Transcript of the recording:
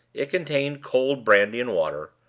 it contained cold brandy-and-water.